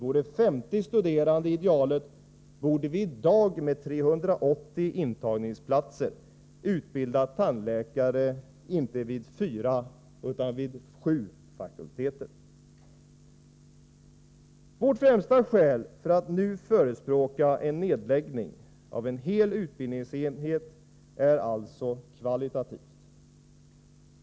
Om 50 studerande vore idealet borde vi i dag med 380 intagningsplatser utbilda tandläkare vid sju, och inte vid fyra, fakulteter. Vårt främsta skäl för att nu förespråka en nedläggning av en hel utbildningsenhet handlar alltså om kvaliteten.